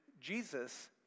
Jesus